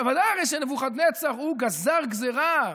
אבל ודאי הרי שנבוכדנצר גזר גזרה.